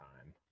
time